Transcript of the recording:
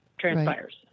transpires